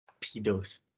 Pedos